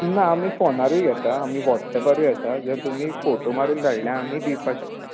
ना आमी फोनारूय घेता आमी वोट्सेपारूय आसा जर तुमी फोटू मारून धाडले आमीय दिवपा शकता